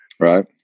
Right